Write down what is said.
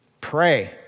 Pray